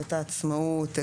בית העצמאות,